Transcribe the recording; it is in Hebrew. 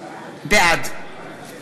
בעד